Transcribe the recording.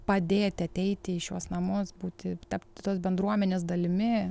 padėti ateiti į šiuos namus būti tapti tos bendruomenės dalimi